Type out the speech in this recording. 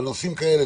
על נושאים כאלה,